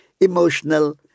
emotional